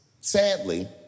sadly